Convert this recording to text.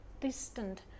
distant